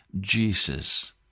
Jesus